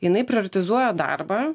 jinai prioritetizuoja darbą